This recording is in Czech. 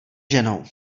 ženou